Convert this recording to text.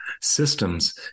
systems